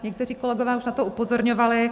Někteří kolegové už na to upozorňovali.